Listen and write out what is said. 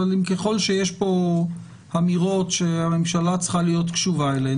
אבל ככל שיש פה אמירות שהממשלה צריכה להיות קשובה אליהם,